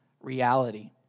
reality